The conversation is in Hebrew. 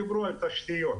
דיברו כאן על תשתיות,